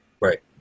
Right